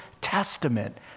testament